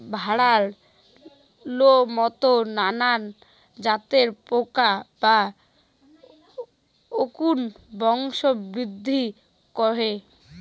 ভ্যাড়ার লোমত নানান জাতের পোকা বা উকুন বংশবৃদ্ধি করে